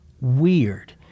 weird